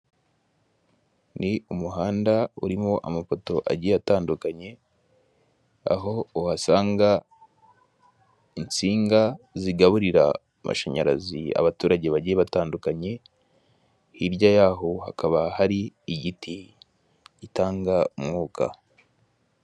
Ni umuhanda urimo amapoto agiye atandukanye aho uhasanga insinga zigaburira amashanyarazi abaturage bagiye batandukanye ,hirya no hino hakaba hari igiti gitanga umwuka.